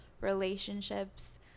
relationships